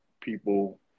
people